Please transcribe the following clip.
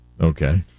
Okay